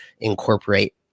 incorporate